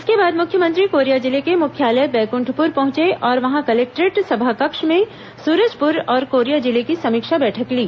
इसके बाद मुख्यमंत्री कोरिया जिले के मुख्यालय बैकुण्ठपुर पहुंचे और वहां कलेक्टोरेट सभाकक्ष में सूरजपुर और कोरिया जिले की समीक्षा बैठक ली